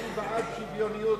אני בעד שוויוניות,